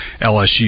LSU